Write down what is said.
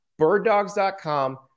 birddogs.com